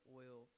oil